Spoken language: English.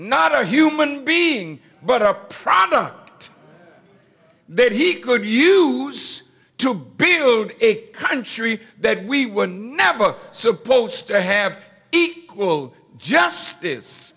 not a human being but a product then he could you use to build a country that we were never supposed to have equal justice